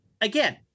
again